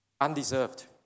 undeserved